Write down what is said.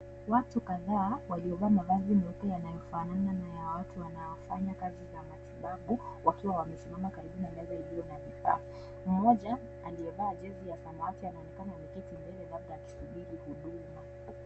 Watu kadhaa waliovaa mavazi meupe yanayofanana na ya watu wanaofanya kazi za matibabu wakiwa wamesimama karibu na meza iliyo na vifaa. Mmoja aliyevaa jezi ya samawati anaonekana ameketi mbele labda akisubiri huduma.